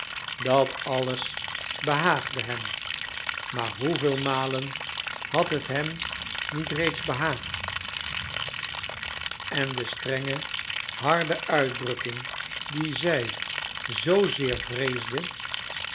dat alles behaagde hem maar hoeveel malen had het hem niet reeds behaagd en de strenge harde uitdrukking die zij zoo zeer vreesde